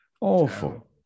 Awful